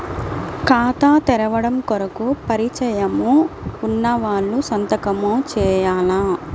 ఖాతా తెరవడం కొరకు పరిచయము వున్నవాళ్లు సంతకము చేయాలా?